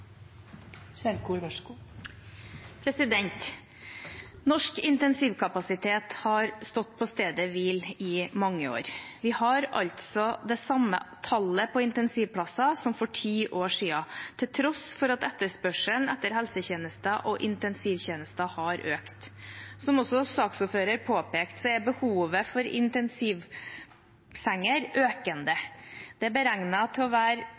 Norsk intensivkapasitet har stått på stedet hvil i mange år. Vi har altså det samme tallet på intensivplasser som for ti år siden, til tross for at etterspørselen etter helsetjenester og intensivtjenester har økt. Som også saksordføreren påpekte, er behovet for intensivsenger økende. Det er beregnet til å være